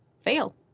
fail